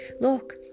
Look